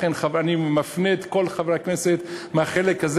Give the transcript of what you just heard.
לכן אני מפנה את כל חברי הכנסת מהחלק הזה